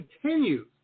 continues